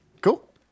Cool